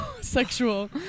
sexual